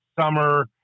summer